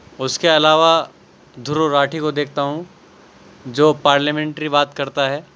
اس کے علاوہ دھرو راٹھی کو دیکھتا ہوں جو پارلیامینٹری بات کرتا ہے